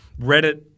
Reddit